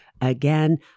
Again